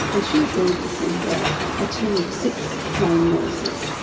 and she agreed to send out a team of six trained nurses,